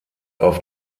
auf